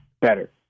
better